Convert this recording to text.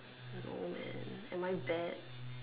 I'm old man am I bad